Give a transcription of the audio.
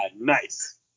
Nice